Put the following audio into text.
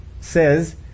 says